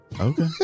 Okay